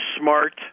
smart